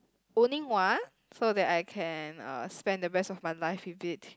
owning one so that I can uh spend the rest of my life with it